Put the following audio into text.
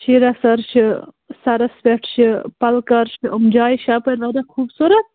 شیراہ سَر چھِ سرس پٮ۪ٹھ چھِ پلکار چھِ یِم جایہِ چھِ اَپٲرۍ واریاہ خوبصوٗرت